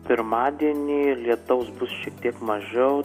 pirmadienį lietaus bus šiek tiek mažiau